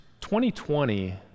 2020